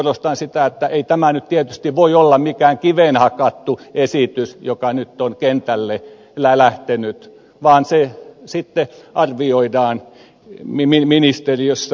korostan sitä että ei tämä tietysti voi olla mikään kiveen hakattu esitys joka nyt on kentälle lähtenyt vaan se sitten arvioidaan ministeriössä